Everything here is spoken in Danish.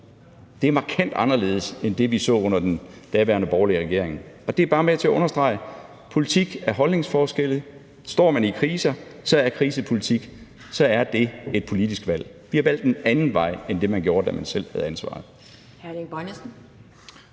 Det er markant anderledes end det, vi så under den daværende borgerlige regering. Det er bare med til at understrege, at der i politik er holdningsforskelle. Står man i kriser, er krisepolitik et politisk valg. Vi har valgt en anden vej end det, man gjorde, da man selv havde ansvaret.